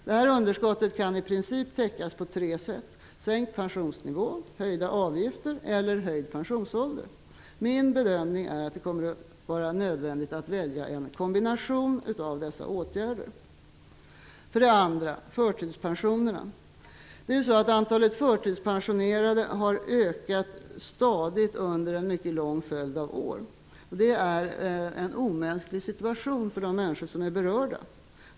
Det här underskottet kan täckas på i princip tre sätt: sänkt pensionsnivå, höjda avgifter eller höjd pensionsålder. Min bedömning är att det kommer att vara nödvändigt att välja en kombination av dessa åtgärder. För det andra gäller det förtidspensionerna. Antalet förtidspensionärer har ökat stadigt under en mycket lång följd av år. Det är en omänsklig situation för de människor som är berörda.